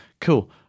Cool